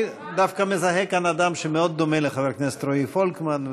אני דווקא מזהה כאן אדם שמאוד דומה לחבר הכנסת רועי פולקמן,